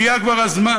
הגיע כבר הזמן